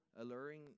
alluring